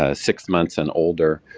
ah six months and older.